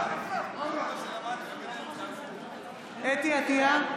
חוה אתי עטייה,